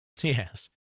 Yes